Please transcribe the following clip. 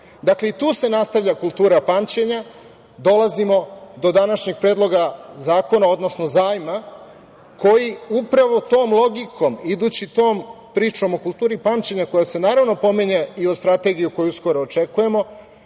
i tu se nastavlja kultura pamćenja. Dolazimo do današnjeg Predloga zakona, odnosno zajma koji upravo tom logikom, idući tom pričom o kulturi pamćenja koja se naravno pominje i u strategiji, koju uskoro očekujemo,